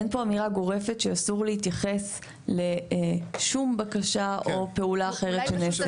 אין פה אמירה גורפת שאסור להתייחס לשום בקשה או פעולה אחרת שנעשית.